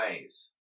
ways